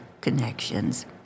connections